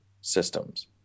systems